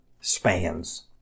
spans